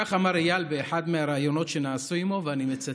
כך אמר איל באחד מהראיונות שנעשו עימו, ואני מצטט: